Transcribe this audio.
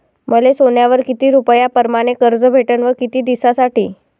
मले सोन्यावर किती रुपया परमाने कर्ज भेटन व किती दिसासाठी?